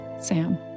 Sam